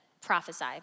prophesy